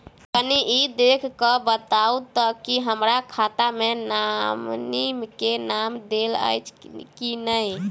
कनि ई देख कऽ बताऊ तऽ की हमरा खाता मे नॉमनी केँ नाम देल अछि की नहि?